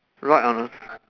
right on a